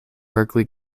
berklee